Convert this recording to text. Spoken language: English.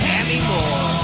anymore